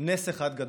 נס אחד גדול.